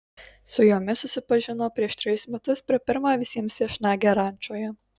su jomis susipažino prieš trejus metus per pirmą visiems viešnagę rančoje